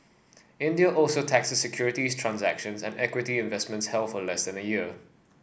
India also taxes securities transactions and equity investments held for less than a year